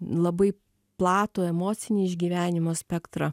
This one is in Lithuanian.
labai platų emocinį išgyvenimų spektrą